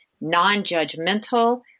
non-judgmental